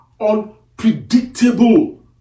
unpredictable